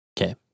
Okay